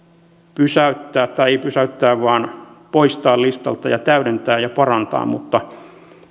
pysäyttää tai ei pysäyttää vaan poistaa se listalta ja sitä täydentää ja parantaa mutta